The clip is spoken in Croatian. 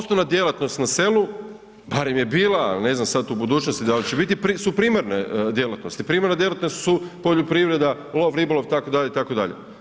Osnovna djelatnost na selu, barem je bila, ne znam sad u budućnosti da li će biti su primarne djelatnosti, primarne djelatnosti su poljoprivreda, lov, ribolov, itd., itd.